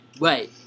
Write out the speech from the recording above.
Right